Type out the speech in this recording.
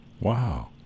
wow